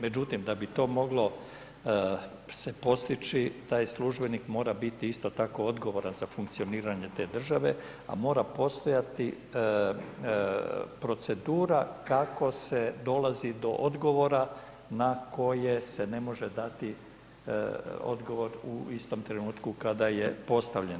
Međutim, da bi to moglo se postići, taj službenik, mora biti isto tako odgovoran za funkcioniranje te države, a mora postojati procedura kako se dolazi do odgovora, na koje se ne može dati odgovor u istom trenutku kada je postavljen.